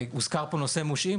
הוזכר פה נושא המושעים.